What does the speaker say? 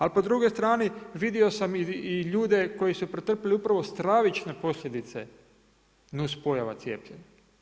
Ali po drugoj strani vidio sam ljude koji su pretrpjeli upravo stravične posljedice nuspojava cijepljenja.